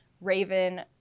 Raven